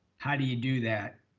how do you do that?